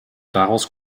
daraus